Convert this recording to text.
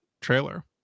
trailer